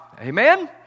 Amen